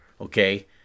Okay